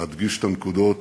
להדגיש את הנקודות